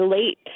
late